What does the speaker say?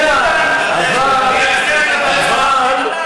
כבר שמענו.